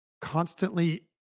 constantly